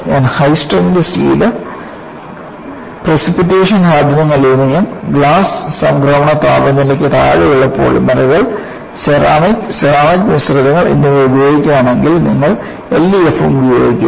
ഞാൻ high strength steel precipitation hardened aluminium glass സംക്രമണ താപനിലയ്ക്ക് താഴെയുള്ള പോളിമറുകൾ സെറാമിക്സ് സെറാമിക് മിശ്രിതങ്ങൾ എന്നിവ ഉപയോഗിക്കുകയാണെങ്കിൽ നിങ്ങൾ LEFM ഉപയോഗിക്കുക